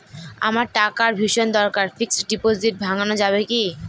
আমার টাকার ভীষণ দরকার ফিক্সট ডিপোজিট ভাঙ্গানো যাবে কি?